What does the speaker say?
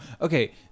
Okay